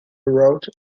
road